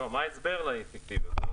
אבל מה ההסבר לאי-אפקטיביות?